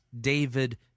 David